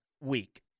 week